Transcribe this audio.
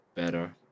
Better